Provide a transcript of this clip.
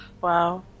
Wow